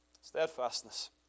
Steadfastness